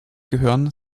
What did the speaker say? gehören